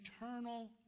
eternal